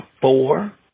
four